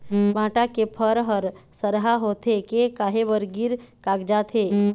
भांटा के फर हर सरहा होथे के काहे बर गिर कागजात हे?